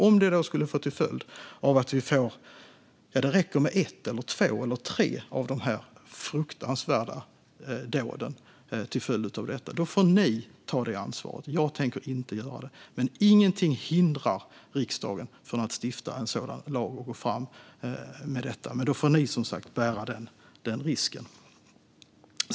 Om det sedan leder till ett eller flera sådana här fruktansvärda dåd är ansvaret ert, inte mitt. Ingenting hindrar dock riksdagen från att stifta en sådan lag och gå fram med det, men då får ni som sagt ta denna risk.